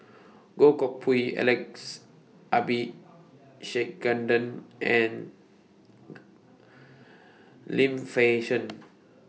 Goh Koh Pui Alex Abisheganaden and Lim Fei Shen